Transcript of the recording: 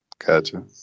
Gotcha